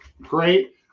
great